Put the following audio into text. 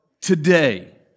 today